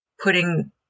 putting